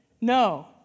No